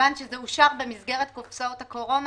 כיוון שזה אושר במסגרת קופסאות הקורונה